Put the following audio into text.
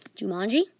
Jumanji